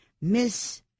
Miss